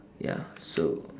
ya so